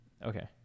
Okay